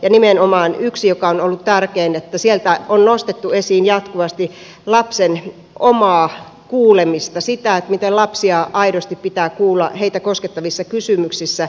ja nimenomaan yksi asia joka on ollut tärkein on se että sieltä on nostettu esiin jatkuvasti lapsen omaa kuulemista sitä että miten lapsia aidosti pitää kuulla heitä koskettavissa kysymyksissä